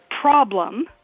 problem